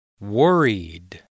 worried